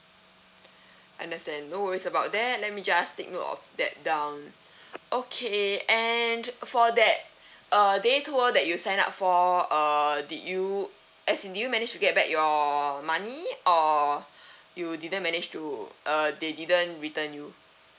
understand no worries about that let me just take note of that down okay and for that err day tour that you sign up for err did you as in did you manage to get back your money or you didn't manage to uh they didn't return you